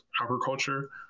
agriculture